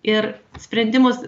ir sprendimus